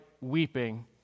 weeping